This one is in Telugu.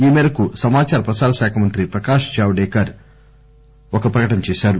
ఈ మేరకు సమాచార ప్రసార శాఖ మంత్రి ప్రకాష్ జవదేకర్ ఈరోజు ఒక ప్రకటన చేశారు